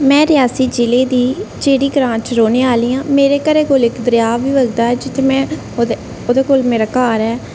में रियासी जिले दी झिड़ी ग्रांऽ दी रौहने आह्ली आं मेरे घरै कोल इक्क दरेआ बी बगदा में ओह्दे कोल मेरा घर ऐ